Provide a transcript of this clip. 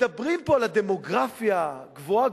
מדברים פה על הדמוגרפיה גבוהה-גבוהה,